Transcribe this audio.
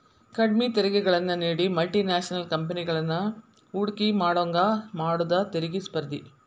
ಕಡ್ಮಿ ತೆರಿಗೆಗಳನ್ನ ನೇಡಿ ಮಲ್ಟಿ ನ್ಯಾಷನಲ್ ಕಂಪೆನಿಗಳನ್ನ ಹೂಡಕಿ ಮಾಡೋಂಗ ಮಾಡುದ ತೆರಿಗಿ ಸ್ಪರ್ಧೆ